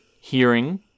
hearing